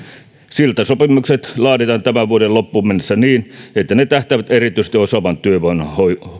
siltasopimukset laaditaan tämän vuoden loppuun mennessä niin että ne tähtäävät erityisesti osaavan työvoiman